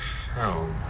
hell